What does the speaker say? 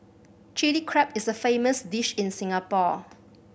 Chilli Crab is a famous dish in Singapore